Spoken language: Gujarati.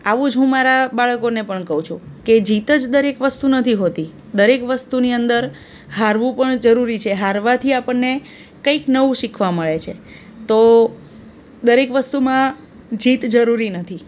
આવું જ હું મારા બાળકોને પણ કહું છું કે જીત જ દરેક વસ્તુ નથી હોતી દરેક વસ્તુની અંદર હારવું પણ જરૂરી છે હારવાથી આપણને કંઇક નવું શીખવા મળે છે તો દરેક વસ્તુમાં જીત જરૂરી નથી